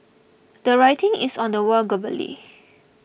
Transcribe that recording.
the writing is on the wall globally